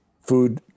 food